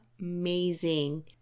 amazing